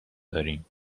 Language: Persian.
داریم